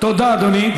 תודה, אדוני.